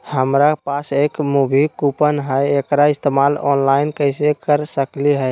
हमरा पास एक मूवी कूपन हई, एकरा इस्तेमाल ऑनलाइन कैसे कर सकली हई?